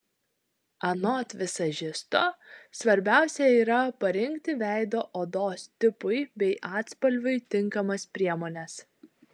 anot vizažisto svarbiausia yra parinkti veido odos tipui bei atspalviui tinkamas priemones